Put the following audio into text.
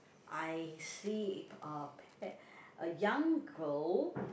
I see it pet uh pet a young girl